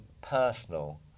personal